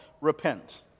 repent